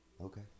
Okay